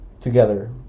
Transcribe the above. together